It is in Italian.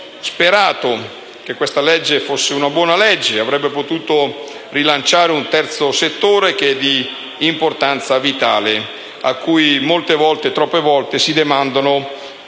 sperato che questa legge fosse buona. Avrebbe potuto rilanciare un terzo settore che è di importanza vitale e a cui troppe volte si demandano